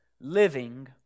living